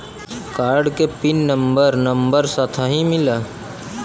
Card के pin number number साथही मिला?